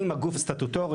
אם הגוף סטטוטורי,